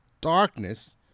darkness